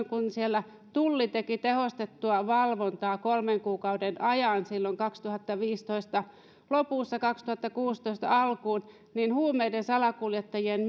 kun tulli teki siellä tehostettua valvontaa kolmen kuukauden ajan silloin kaksituhattaviisitoista lopusta kaksituhattakuusitoista alkuun niin huumeiden salakuljettajien